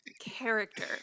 character